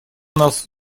нас